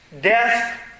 death